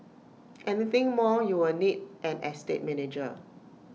anything more you would need an estate manager